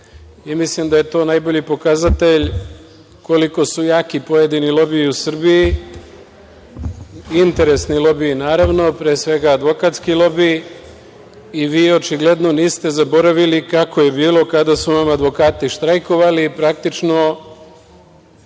i mislim da je to najbolji pokazatelj koliko su jaki pojedini lobiji u Srbiji, interesni lobiji, naravno, pre svega, advokatski lobiji. Vi, očigledno, niste zaboravili kako je bilo kada su vam advokati štrajkovali, praktično,